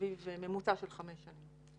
ממוצע של חמש שנים.